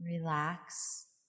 Relax